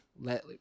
let